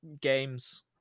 games